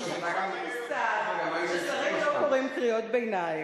הוא שכח ששרים לא קוראים קריאות ביניים.